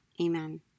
Amen